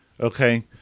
okay